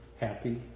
happy